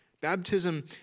Baptism